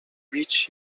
bić